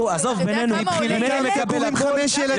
החוק כמו שהוא מוגדר --- ילדים היום עולים כסף,